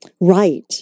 right